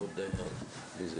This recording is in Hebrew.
בינואר השנה